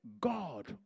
God